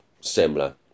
similar